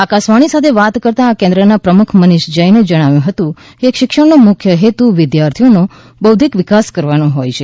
આકાશવાણી સાથે વાત કરતાં આ કેન્દ્રના પ્રમુખ મનીષ જૈને જણાવ્યું હતું કે શિક્ષણનો મુખ્ય હેતુ વિદ્યાર્થીઓનો બૌદ્ધિક વિકાસ કરવાનો હોય છે